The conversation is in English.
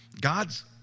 God's